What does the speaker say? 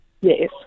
Yes